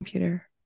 Computer